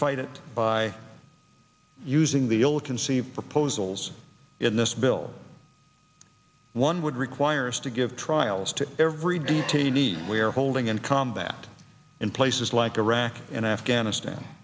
fight it by using the old conceived proposals in this bill one would require us to give trials to every detainee we are holding in combat in places like iraq and afghanistan